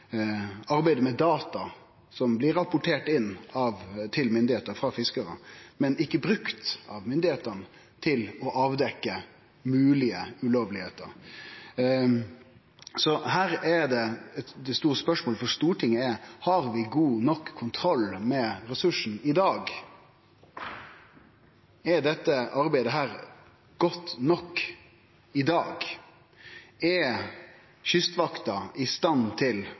arbeidet til fiskesalslaga, arbeidet med data som blir rapporterte inn til myndigheitene frå fiskarane, men ikkje brukte av myndigheitene til å avdekkje moglege ulovlege forhold. Det store spørsmålet for Stortinget er: Har vi god nok kontroll med ressursen i dag? Er dette arbeidet godt nok i dag? Er Kystvakta i stand til